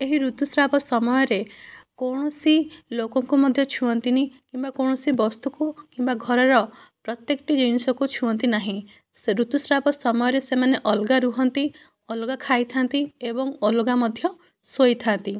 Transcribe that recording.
ଏହି ଋତୁସ୍ରାବ ସମୟରେ କୌଣସି ଲୋକଙ୍କୁ ମଧ୍ୟ ଛୁଅନ୍ତିନି କିମ୍ବା କୌଣସି ବସ୍ତୁକୁ କିମ୍ବା ଘରର ପ୍ରତ୍ୟକଟି ଜିନିଷକୁ ଛୁଅନ୍ତି ନାହିଁ ସେ ଋତୁସ୍ରାବ ସମୟରେ ସେମାନେ ଅଲଗା ରୁହନ୍ତି ଅଲଗା ଖାଇଥାନ୍ତି ଏବଂ ଅଲଗା ମଧ୍ୟ ଶୋଇଥାନ୍ତି